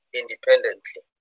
independently